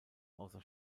außer